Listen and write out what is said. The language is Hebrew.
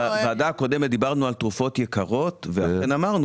שבוועדה הקודמת דיברנו על תרופות יקרות ואמרנו